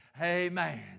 Amen